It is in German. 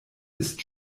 ist